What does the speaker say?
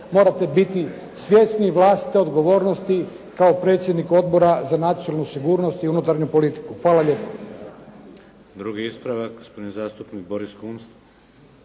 morate biti svjesni i vlastite odgovornosti kao predsjednik Odbora za nacionalnu sigurnost i unutarnju politiku. Hvala lijepo.